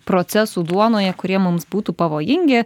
procesų duonoje kurie mums būtų pavojingi